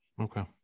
Okay